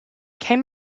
came